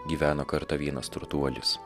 gyveno kartą vienas turtuolis